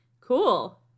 Cool